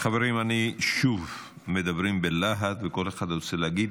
חברים, שוב, מדברים בלהט וכל אחד רוצה להגיד.